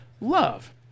love